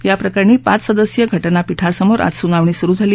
या प्रकरणी पाच सदस्यीय घटनापीठासमोर आज सुनावणी सुरु झाली